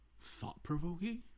Thought-provoking